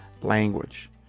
language